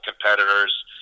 competitors